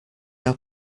are